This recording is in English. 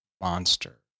Monster